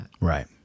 Right